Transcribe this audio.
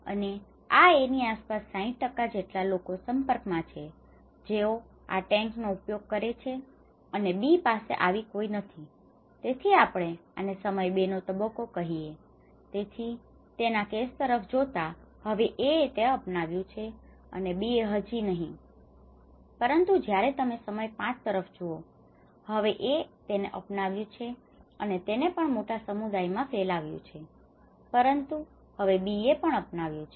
અને આ A ની આસપાસ 60 જેટલા લોકો સંપર્ક માં છે કે જેઓ આ ટેન્ક નો ઉપયોગ કરે છે અને B પાસે આવી કઈ નથી તેથી આપણે આને સમય 2 નો તબક્કો કહીએ તેથી તેના કેસ તરફ જોતા હવે A એ તે અપનાવ્યું છે અને B એ હજી પણ નહિ પરંતુ જયારે તમે સમય 5 તરફ જુઓ હવે A એ તેને અપનાવ્યું છે અને તેણે પણ મોટા સમુદાય માં ફેલાવ્યું છે પરંતુ હવે B એ પણ અપનાવ્યું છે